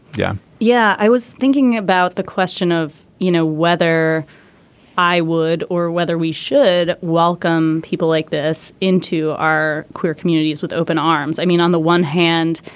yeah yeah i was thinking about the question of you know whether i would or whether we should welcome people like this into our queer communities with open arms. i mean on the one hand